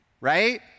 Right